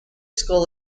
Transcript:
school